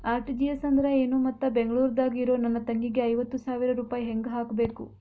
RTGS ಅಂದ್ರ ಏನು ಮತ್ತ ಬೆಂಗಳೂರದಾಗ್ ಇರೋ ನನ್ನ ತಂಗಿಗೆ ಐವತ್ತು ಸಾವಿರ ರೂಪಾಯಿ ಹೆಂಗ್ ಹಾಕಬೇಕು?